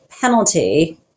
penalty